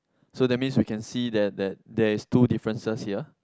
so that means we can see that that there is two differences here